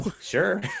Sure